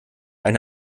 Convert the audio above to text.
eine